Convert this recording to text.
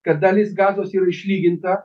kad dalis gazos yra išlyginta